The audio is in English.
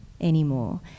anymore